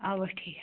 آ ٹھیٖک